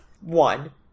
One